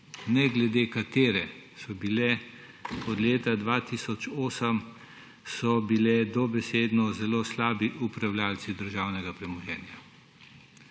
ne glede, katere so bile, od leta 2008, so bile dobesedno zelo slab upravljavec državnega premoženja.